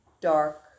dark